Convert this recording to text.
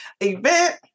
event